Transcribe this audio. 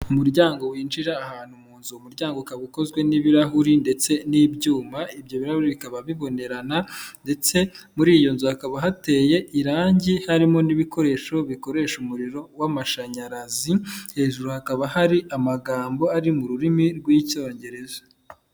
Umuryango winjira ahantu mu nzu, uwo muryango ukaba ukozwe n'ibirahuri ndetse n'ibyuma, ibyo birahuri bikaba bibonerana ndetse muri iyo nzu hakaba hateye irangi, harimo n'ibikoresho bikoresha umuriro w'amashanyarazi, hejuru hakaba hari amagambo ari mu rurimi rw'icyongereza.